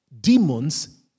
demons